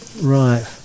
Right